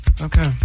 Okay